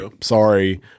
sorry